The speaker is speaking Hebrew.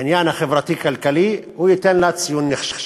בעניין החברתי-כלכלי, הוא ייתן לה ציון נכשל.